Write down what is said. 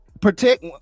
Protect